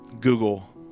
google